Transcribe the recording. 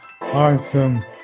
Awesome